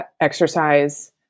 exercise